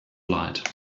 light